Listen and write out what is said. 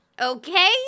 Okay